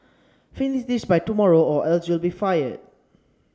finish this by tomorrow or else you'll be fired